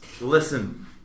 listen